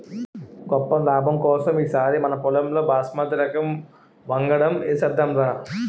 గొప్ప నాబం కోసం ఈ సారి మనపొలంలో బాస్మతి రకం వంగడం ఏసేద్దాంరా